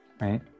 right